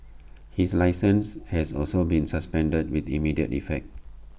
his licence has also been suspended with immediate effect